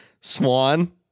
Swan